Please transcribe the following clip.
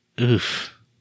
Oof